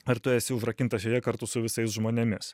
ar tu esi užrakintas joje kartu su visais žmonėmis